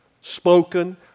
spoken